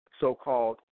so-called